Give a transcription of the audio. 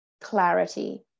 clarity